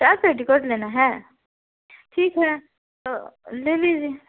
चार पेटीकोट लेना है ठीक है तो ले लीजिए